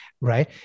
right